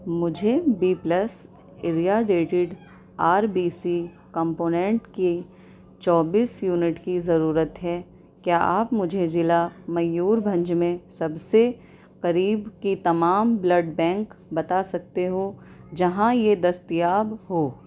مجھے B plus irradiated R B C component کی چوبیس یونٹ کی ضرورت ہے کیا آپ مجھے ضلع میور بھنج میں سب سے قریب کی تمام بلڈ بینک بتا سکتے ہو جہاں یہ دستیاب ہو